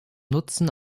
nutzen